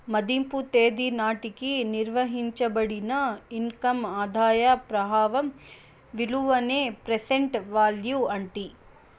మదింపు తేదీ నాటికి నిర్వయించబడిన ఇన్కమ్ ఆదాయ ప్రవాహం విలువనే ప్రెసెంట్ వాల్యూ అంటీ